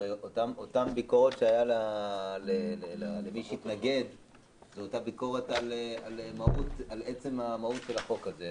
הרי אותה ביקורת שהיתה למי שהתנגד זו אותה ביקורת על מהות החוק הזה.